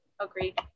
agreed